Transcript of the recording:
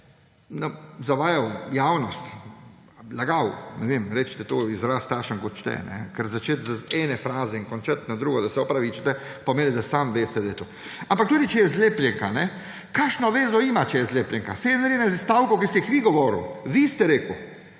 zavajali javnost, lagali, ne vem, recite temu takšen izraz, kot želite, ker začeti z ene fraze in končati na drugi, da se opravičite, pomeni, da sami veste, da je to. Ampak tudi če je zlepljenka, kakšno vezo ima, če je zlepljenka; saj je narejena iz stavkov, ki ste jih vi govorili. Vi ste rekli,